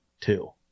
two